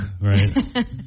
right